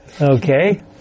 Okay